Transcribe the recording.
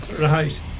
right